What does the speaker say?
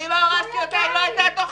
אתה עמדת כאן ואמרת שאין לכם תוכנית.